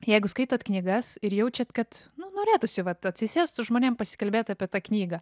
jeigu skaitot knygas ir jaučiat kad nu norėtųsi vat atsisėst su žmonėm pasikalbėt apie tą knygą